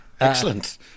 Excellent